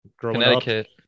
Connecticut